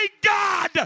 God